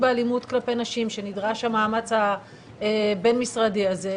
באלימות כלפי נשים שנדרש המאמץ הבין-משרדי הזה,